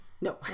No